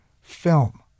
film